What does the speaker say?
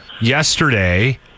Yesterday